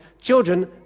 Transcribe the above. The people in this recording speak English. children